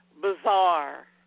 bizarre